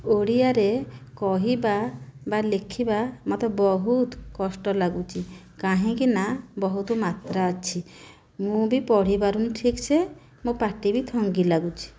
ଓଡ଼ିଆରେ କହିବା ବା ଲେଖିବା ମୋତେ ବହୁତ କଷ୍ଟ ଲାଗୁଛି କାହିଁକି ନାଁ ବହୁତ ମାତ୍ରା ଅଛି ମୁଁ ବି ପଢିପାରୁନି ଠିକସେ ମୋ ପାଟିବି ଥଙ୍ଗି ଲାଗୁଛି